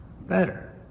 better